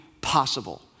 possible